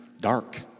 dark